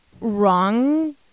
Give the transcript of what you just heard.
wrong